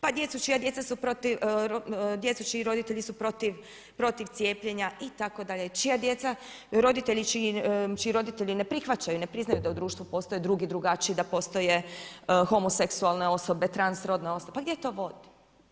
Pa djecu čija djeca su protiv, djecu čiji roditelji su protiv cijepljenja itd., čija djeca roditelji čiji roditelji ne prihvaćaju, ne priznaju da u društvu postoje drugi, drugačiji, da postoje homoseksualne osobe, transrodne osobe, pa gdje to vodi?